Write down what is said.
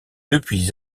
depuis